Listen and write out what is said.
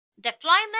deployment